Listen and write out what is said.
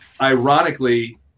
ironically